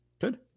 Good